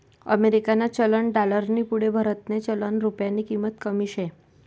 अमेरिकानं चलन डालरनी पुढे भारतनं चलन रुप्यानी किंमत कमी शे